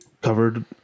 covered